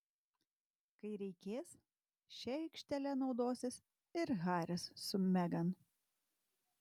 kai reikės šia aikštele naudosis ir haris su megan